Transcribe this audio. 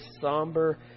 somber